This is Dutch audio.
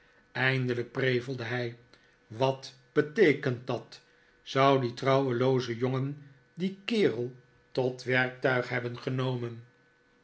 eindelijk prevelde hij wat beteekent dat zou die trouwelooze jongen dien kerel tot werktuig hebben genomen